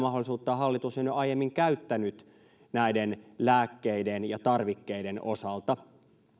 mahdollisuuttahan hallitus on jo aiemmin käyttänyt lääkkeiden ja tarvikkeiden osalta